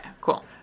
cool